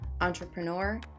entrepreneur